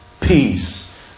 peace